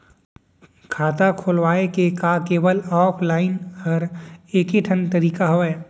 खाता खोलवाय के का केवल ऑफलाइन हर ऐकेठन तरीका हवय?